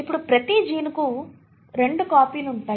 ఇప్పుడు ప్రతి జీన్ కు రెండు కాపీలు ఉంటాయి